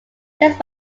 just